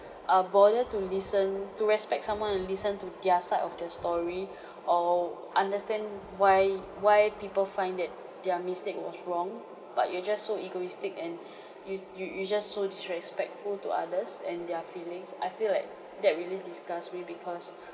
err bother to listen to respect someone and listen to their side of the story or understand why why people find that their mistake was wrong but you're just so egoistic and you you you're just so disrespectful to others and their feelings I feel like that really disgust me because